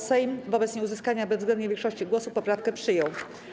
Sejm wobec nieuzyskania bezwzględnej większości głosów poprawkę przyjął.